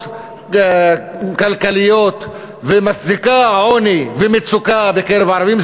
כלכליות ומצדיקה עוני ומצוקה בקרב ערבים,